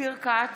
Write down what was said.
אופיר כץ,